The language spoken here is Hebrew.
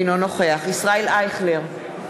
אינו נוכח ישראל אייכלר,